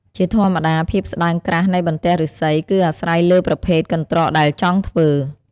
ជាធម្មតា ភាពស្ដើងក្រាស់នៃបន្ទះឫស្សី គឺអាស្រ័យលើប្រភេទកន្រ្តកដែលចង់ធ្វើ។